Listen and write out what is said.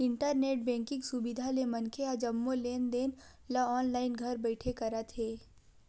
internet banking सुबिधा ले मनखे ह जम्मो लेन देन ल ऑनलाईन घर बइठे करत हे